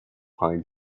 pine